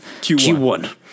Q1